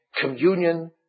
communion